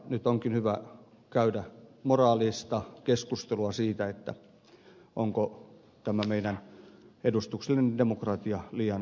nyt onkin hyvä käydä moraalista keskustelua siitä onko tämä meidän edustuksellinen demokratiamme liian rahavetoinen